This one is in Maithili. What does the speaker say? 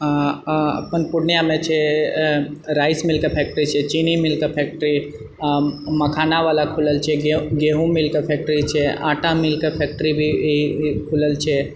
आ अपन पूर्णियाँमे छै राइस मिलके फैक्ट्री छै चीनी मिलके फैक्ट्री आ मखाना बला खुलल छै गेहुँ मिलके फैक्ट्री छै आँटा मिलके फैक्ट्री भी ई ई खुलल छै